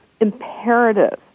imperative